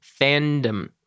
fandom